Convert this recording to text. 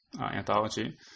anthology